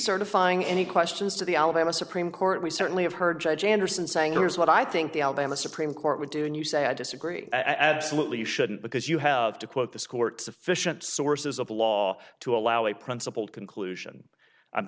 certifying any questions to the alabama supreme court we certainly have heard judge anderson saying there is what i think the alabama supreme court would do and you say i disagree absolutely you shouldn't because you have to quote this court sufficient sources of law to allow a principled conclusion i'm